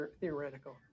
theoretical